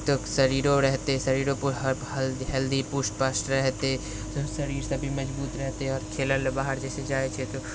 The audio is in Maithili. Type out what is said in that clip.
शरीरो रहते शरीरो हर हेल्दी पुष्ट पाष्ट रहतै शरीरसँ भी मजबूत रहतै आओर खेलैले बाहर जाइसँ जाइ छै तऽ